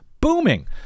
booming